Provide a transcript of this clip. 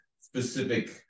specific